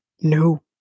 no